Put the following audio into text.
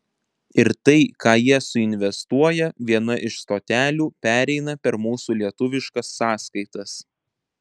ir tai ką jie suinvestuoja viena iš stotelių pereina per mūsų lietuviškas sąskaitas